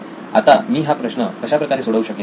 आता मी हा प्रश्न कशाप्रकारे सोडवू शकेल